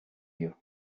you